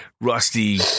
rusty